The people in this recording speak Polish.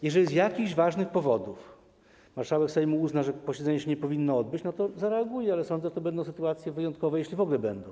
Jeżeli z jakichś ważnych powodów marszałek Sejmu uzna, że posiedzenie nie powinno się odbyć, no to zareaguje, ale sądzę, że to będą sytuacje wyjątkowe, jeśli w ogóle będą.